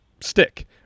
stick